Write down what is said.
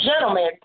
gentlemen